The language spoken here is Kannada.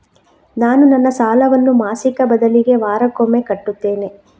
ನಾನು ನನ್ನ ಸಾಲವನ್ನು ಮಾಸಿಕದ ಬದಲಿಗೆ ವಾರಕ್ಕೊಮ್ಮೆ ಕಟ್ಟುತ್ತೇನೆ